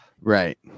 Right